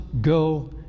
go